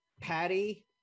patty